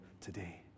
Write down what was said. today